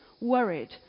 worried